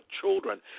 children